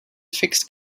fixed